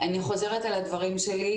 אני חוזרת על הדברים שלי.